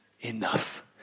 enough